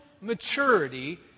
maturity